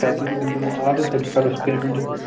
تَتہِ دِمو آڈَر بیٚیہِ کَرُو أسۍ پیمینٛٹ تہٕ